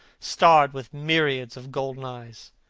starred with myriads of golden eyes.